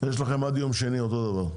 יש לכם עד יום שני אותו דבר.